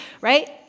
right